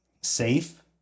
safe